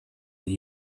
that